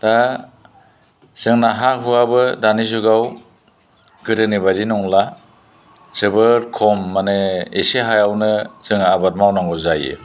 दा जोंना हा हुआबो दानि जुगाव गोदोनि बायदि नंला जोबोद खम माने एसे हायावनो जोङो आबाद मावनांगौ जायो